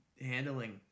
handling